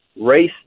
race